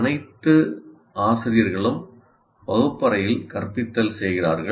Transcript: அனைத்து ஆசிரியர்களும் வகுப்பறையில் கற்பித்தல் செய்கிறார்கள்